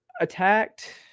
attacked